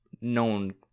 known